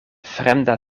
fremda